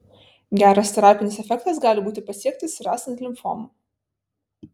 geras terapinis efektas gali būti pasiektas ir esant limfomų